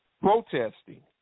protesting